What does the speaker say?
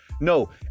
No